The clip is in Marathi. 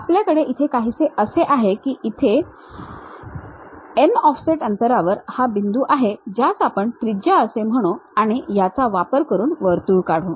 आपल्याकडे इथे काहीसे आहे की इथे ऑफसेट अंतरावर हा बिंदू आहे ज्यास आपण त्रिज्या असे म्हणू आणि याचा वापर करून वर्तुळ काढू